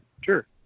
Sure